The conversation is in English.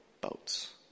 boats